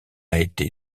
été